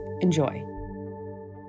enjoy